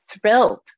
thrilled